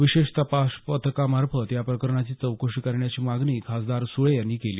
विशेष तपास पथकामार्फत या प्रकरणांची चौकशी करण्याची मागणी खासदार सुळे यांनी केली